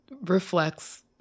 reflects